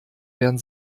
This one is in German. werden